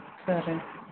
సరే